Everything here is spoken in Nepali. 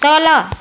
तल